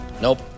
Nope